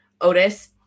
Otis